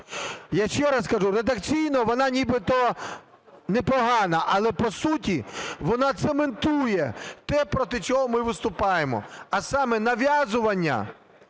Я ще раз кажу, редакційно вона нібито непогана, але по суті вона цементує те, проти чого ми виступаємо, а саме: нав'язування,